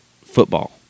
football